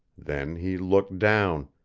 then he looked down,